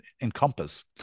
encompass